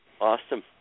Awesome